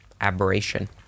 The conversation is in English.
aberration